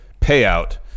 payout